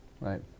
Right